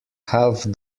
half